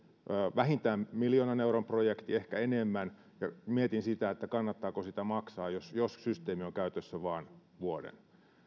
vähintään miljoonan euron projekti ehkä enemmän ja mietin sitä että kannattaako sitä maksaa jos jos systeemi on käytössä vain vuoden